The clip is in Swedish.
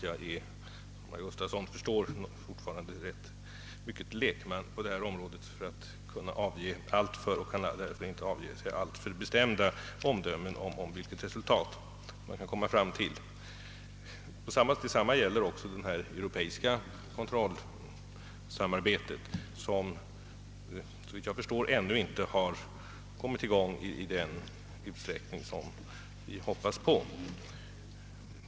Jag är, som herr Gustafsson förstår, fortfarande i stor utsträckning lekman på detta område, och därför kan jag inte göra alltför bestämda uttalanden om vilket resultat man kan nå. Det samma gäller det europeiska kontrollsamarbetet, som ännu inte har kommit i gång i den utsträckning vi hoppats på.